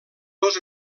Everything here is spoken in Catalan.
dos